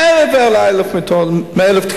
מעבר ל-1,000 מיטות.